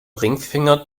ringfinger